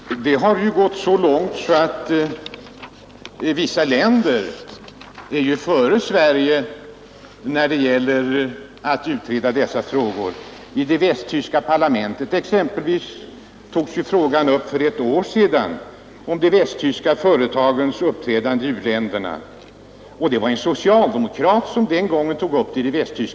Herr talman! Det har nu gått så långt att man i vissa länder ligger före Sverige när det gäller att utreda dessa frågor. I det västtyska parlamentet togs exempelvis för ett år sedan frågan upp om de västtyska företagens uppträdande i u-länderna. Det var en socialdemokrat som svarade för den saken.